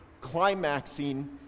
climaxing